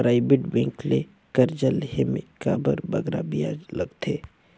private bank ले करजा लेहे में काबर बगरा बियाज लगथे